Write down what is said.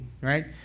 right